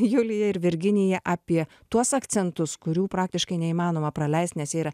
julija ir virginija apie tuos akcentus kurių praktiškai neįmanoma praleist nes jie yra